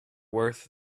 worth